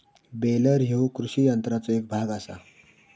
baler ह्यो कृषी यंत्राचो एक भाग आसा